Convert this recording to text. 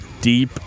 deep